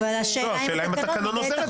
אבל השאלה היא אם התקנון עומד בחוק הישראלי.